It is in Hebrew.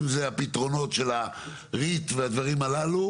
אם זה הפתרונות של הריט (קרן נדל"ן) והדברים הללו.